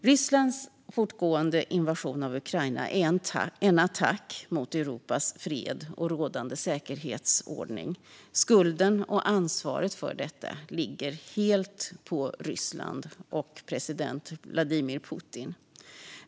Rysslands fortgående invasion av Ukraina är en attack mot Europas fred och rådande säkerhetsordning. Skulden och ansvaret för detta ligger helt på Ryssland och president Vladimir Putin.